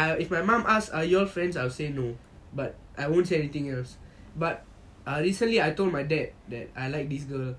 uh if my mum ask is this your friend I would say no but I won't say anything else but ah recently I told my dad that I like this girl